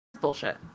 Bullshit